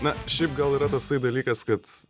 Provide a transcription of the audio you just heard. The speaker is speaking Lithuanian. na šiaip gal yra tasai dalykas kad